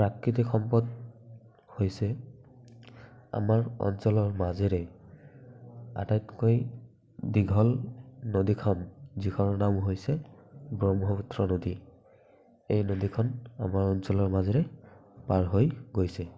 প্ৰাকৃতিক সম্পদ হৈছে আমাৰ অঞ্চলৰ মাজেৰে আটাইতকৈ দীঘল নদীখন যিখনৰ নাম হৈছে ব্ৰহ্মপুত্ৰ নদী এই নদীখন আমাৰ অঞ্চলৰ মাজেৰে পাৰ হৈ গৈছে